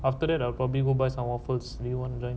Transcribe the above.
after that I'll probably go bust on waffles one right